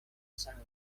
sang